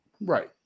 Right